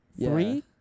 Three